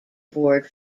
board